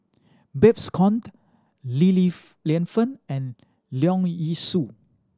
Babes Conde Li Li Lienfung and Leong Yee Soo